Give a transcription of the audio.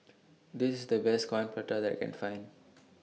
This IS The Best Coin Prata that I Can Find